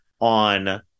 on